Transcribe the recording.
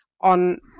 on